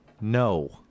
No